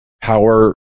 power